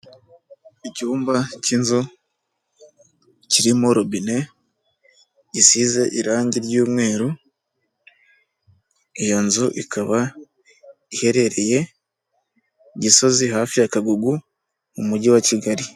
Icyumba cy'inzu kirimo robine isize irangi ry'umweru, iyo nzu ikaba iherereye Gisozi hafi ya Kagugu mu mujyi wa Kigali.